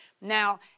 Now